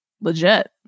legit